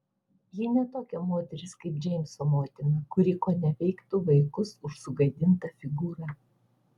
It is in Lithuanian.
ji ne tokia moteris kaip džeimso motina kuri koneveiktų vaikus už sugadintą figūrą